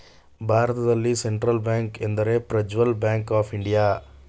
ಭಾರತದಲ್ಲಿ central bank ಎಂದರೆ ಪ್ರಜ್ವಲ್ ಬ್ಯಾಂಕ್ ಆಫ್ ಇಂಡಿಯಾ